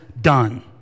done